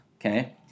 okay